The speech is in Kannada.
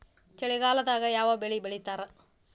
ಚಳಿಗಾಲದಾಗ್ ಯಾವ್ ಬೆಳಿ ಬೆಳಿತಾರ?